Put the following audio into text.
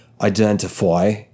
identify